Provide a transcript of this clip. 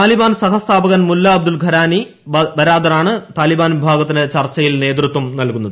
താലിബാൻ സഹസ്ഥാപകൻ മുല്ല അബ്ദുൾ ഘാനി ബരാദറാണ് താലിബാൻ വിഭാഗത്തിന് ചർച്ചയിൽ നേതൃത്വം നൽകുന്നത്